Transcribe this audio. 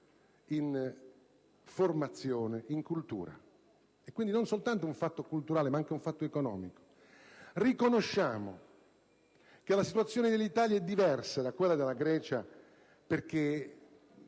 in formazione, in cultura. Quindi non è soltanto un fatto culturale, ma anche economico. Riconosciamo che la situazione dell'Italia è diversa da quella della Grecia, perché